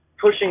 pushing